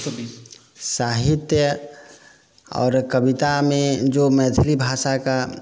साहित्य आओर कवितामे जो मैथिली भाषा का